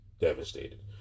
devastated